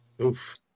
Oof